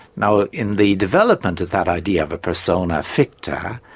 now, in the development of that idea of a persona ficta,